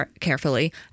carefully